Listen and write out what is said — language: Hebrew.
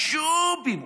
הג'ו-בים.